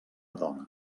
dona